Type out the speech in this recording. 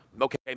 Okay